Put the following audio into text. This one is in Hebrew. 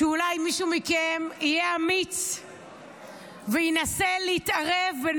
שאולי מישהו מכם יהיה אמיץ וינסה להתערב בין